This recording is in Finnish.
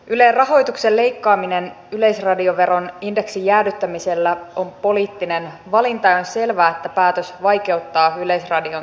ylen rahoituksen leikkaaminen yleisradioveron indeksin jäädyttämisellä on poliittinen valinta ja on selvää että päätös vaikeuttaa yleisradion toimintaa